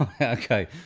Okay